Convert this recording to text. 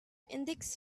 index